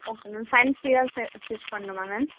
okay ma'am ஃபேன்ஸியாக stitch பண்ணணுமா ma'am